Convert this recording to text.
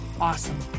Awesome